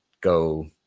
go